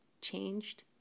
changed